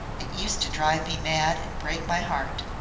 it used to drive me mad and break my heart.